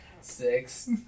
Six